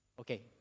Okay